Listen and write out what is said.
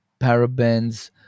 parabens